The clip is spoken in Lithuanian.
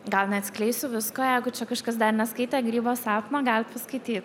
gal neatskleisiu visko jeigu čia kažkas dar neskaitė grybo sapno galit paskaityt